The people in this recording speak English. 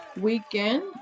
weekend